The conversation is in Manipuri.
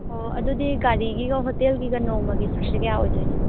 ꯑꯣ ꯑꯗꯨꯗꯤ ꯒꯥꯔꯤꯒꯤꯒ ꯍꯣꯇꯦꯜꯒꯤꯒ ꯅꯣꯡꯃꯒꯤ ꯆꯥꯔꯖꯁꯤ ꯀꯌꯥ ꯑꯣꯏꯗꯣꯏꯅꯣ